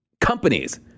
Companies